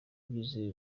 bwizewe